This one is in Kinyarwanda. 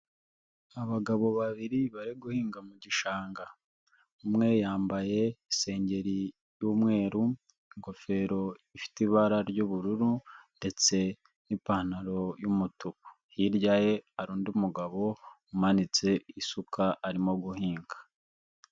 Abagabo babiri bari guhinga mu gishanga, umwe yambaye isengeri y'umweru, ingofero ifite ibara ry'ubururu ndetse n'ipantaro y'umutuku, hirya ye hari undi mugabo umanitse isuka, arimo guhinga.